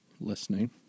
listening